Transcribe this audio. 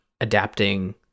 adapting